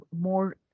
more